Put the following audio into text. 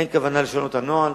אין כוונה לשנות את הנוהל,